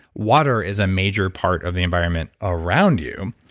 water is a major part of the environment around you.